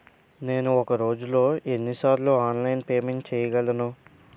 నేను ఒక రోజులో ఎన్ని సార్లు ఆన్లైన్ పేమెంట్ చేయగలను?